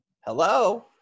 hello